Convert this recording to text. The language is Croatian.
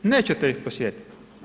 Nećete ih posjetiti.